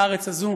לארץ הזאת,